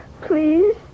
Please